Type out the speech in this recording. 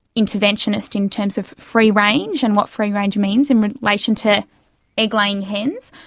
interventionist in terms of free range and what free range means in relation to egg laying hens.